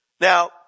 Now